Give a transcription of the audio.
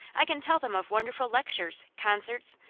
i can tell them of wonderful lectures, concerts,